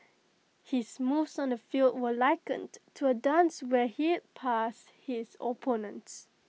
his moves on the field were likened to A dance where he'd past his opponents